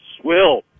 swill